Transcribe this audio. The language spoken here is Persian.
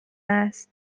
است